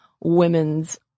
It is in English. women's